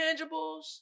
tangibles